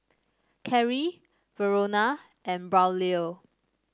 Karrie Verona and Braulio